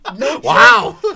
wow